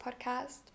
podcast